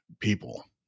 People